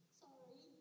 sorry